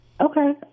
Okay